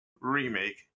remake